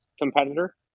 competitor